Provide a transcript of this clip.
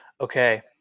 Okay